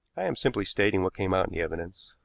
i am simply stating what came out in the evidence.